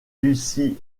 lucie